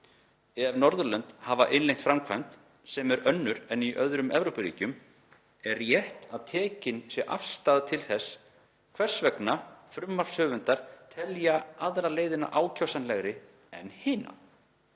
Ef Norðurlönd hafa innleitt framkvæmd sem er önnur en í öðrum Evrópuríkjum er rétt að tekin sé afstaða til þess hvers vegna frumvarpshöfundar telja aðra leiðina ákjósanlegri en hina.